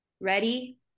ready